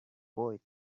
boy